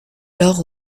alors